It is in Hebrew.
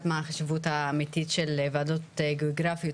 מה החשיבות האמיתית של ועדות גיאוגרפיות.